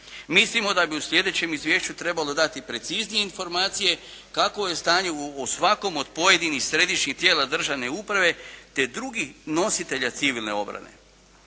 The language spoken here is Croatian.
Mislimo da bi u slijedećem izvješću trebalo dati preciznije informacije kakvo je stanje u svakom od pojedinih središnjih tijela državne uprave te drugih nositelja civilne obrane.